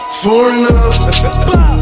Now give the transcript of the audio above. foreigner